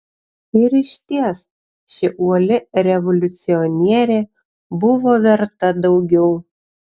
ir išties ši uoli revoliucionierė buvo verta daugiau